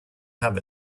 have